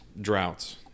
droughts